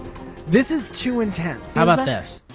this is too intense. how bout this?